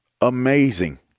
amazing